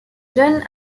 jeunes